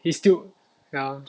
he still ya